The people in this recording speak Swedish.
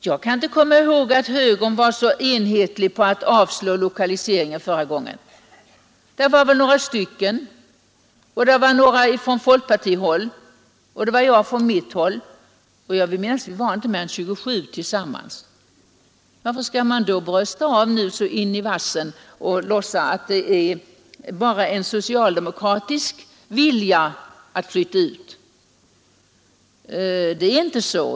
Jag kan inte komma ihåg att högern var så enhälligt för att avslå omlokaliseringsförslaget förra gången; det var väl några moderater som ville det, och det var också några från folkpartihåll, och det var jag från mitt håll — jag vill minnas att vi inte var mer än 27 tillsammans. Varför skall man då brösta sig så och låtsas att det bara är en socialdemokratisk vilja att flytta ut verken? Det är inte så.